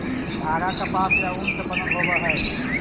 धागा कपास या ऊन से बनल होवऽ हई